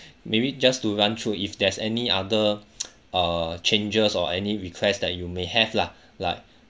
maybe just to run through if there's any other uh changes or any request that you may have lah like